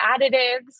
additives